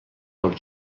dels